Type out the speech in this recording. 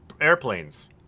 airplanes